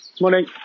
Morning